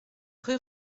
rue